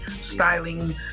styling